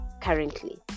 currently